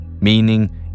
meaning